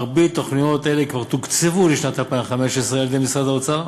מרבית התוכניות האלה כבר תוקצבו לשנת 2015 על-ידי משרד האוצר,